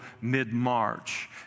mid-March